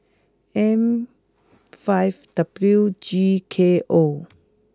M five W G K O